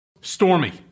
Stormy